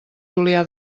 julià